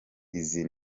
izi